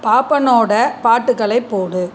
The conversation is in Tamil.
பாப்பனோட பாட்டுகளைப் போடு